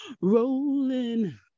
rolling